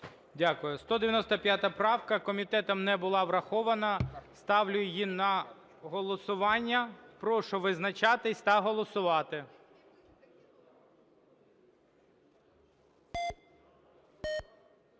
Дякую. 195 правка комітетом не була врахована. Ставлю її на голосування. Прошу визначатись та голосувати.